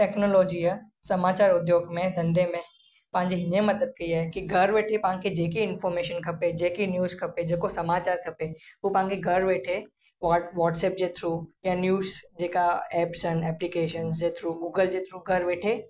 टैक्नोलॉजीअ समाचार उद्योग में धंधे में पांजे हीअं मदद कई आहे की घर वेठे पाण खे जेके इंफॉर्मेशन खपे जेके न्यूज खपे जेको समाचार खपे हो पाण खे घर वेठे वॉट व्हाटसप जे थ्रू या न्यूज जेका ऐप्स आहिनि एप्लीकेशंस जे थ्रू गूगल जे थ्रू घर वेठे